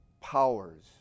powers